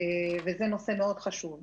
זה נושא חשוב מאוד.